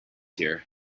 here